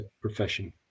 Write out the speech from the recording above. profession